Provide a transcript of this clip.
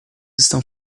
estão